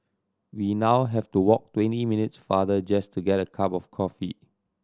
we now have to walk twenty minutes farther just to get a cup of coffee